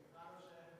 צמיחה לא שייכת